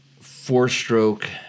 four-stroke